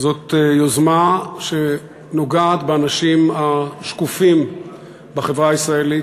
זאת יוזמה שנוגעת באנשים השקופים בחברה הישראלית,